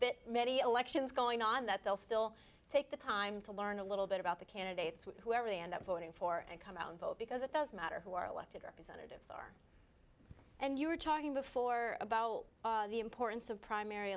bit many elections going on that they'll still take the time to learn a little bit about the candidates whoever they end up voting for and come out and vote because it does matter who our elected representatives are and you were talking before about the importance of primary